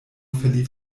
verlief